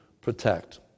protect